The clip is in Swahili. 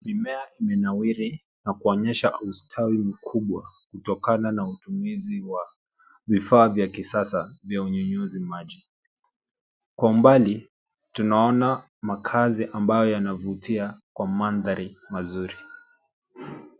Mimea imenawiri na kuonyesha ustawi mkubwa kutokana na utumizi wa vifaa vya kisasa vya unyunyizi maji. Kwa umbali tunaona makazi ambayo yanavutia kwa mandhari mazuri.